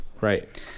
Right